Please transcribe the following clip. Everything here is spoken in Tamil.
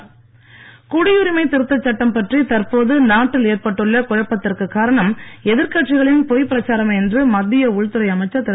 அமித் ஷா குடியுரிமை திருத்த சட்டம் பற்றி தற்போது நாட்டில் ஏற்பட்டுள்ள குழப்பத்திற்கு காரணம் எதிர்கட்சிகளின் பொய் பிரச்சாரமே என்று மத்திய உள்துறை அமைச்சர் திரு